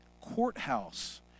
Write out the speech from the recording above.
courthouse